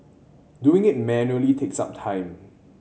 doing it manually takes up time